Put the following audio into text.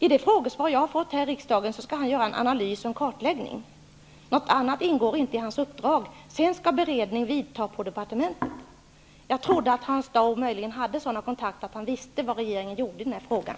Av det frågesvar jag har fått i riksdagen framgår det att han skall göra en analys och kartläggning. Något annat ingår inte i hans uppdrag. Sedan skall en beredning vidtas på departementet. Jag trodde att Hans Dau hade sådana kontakter att han visste vad regeringen gör i frågan.